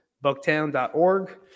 Bucktown.org